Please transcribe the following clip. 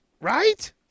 right